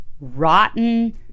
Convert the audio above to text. rotten